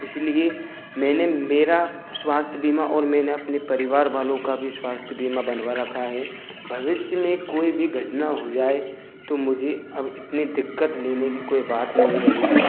इसलिए मैंने मेरा स्वास्थ्य बीमा और मैंने अपने परिवार वालों का भी स्वास्थ्य बीमा बनवा रखा हे भविष्य में कोई भी घटना हो जाए तो मुझे अब इतनी दिक्कत लेने की कोई बात नहीं रहेगी